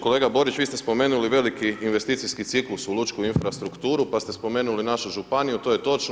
Kolega Borić, vi ste spomenuli veliki investicijski ciklus u lučku infrastrukturu, pa ste spomenuli našu županiju, to je točno.